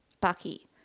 Bucky